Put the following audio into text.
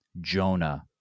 Jonah